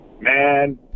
Man